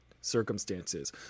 circumstances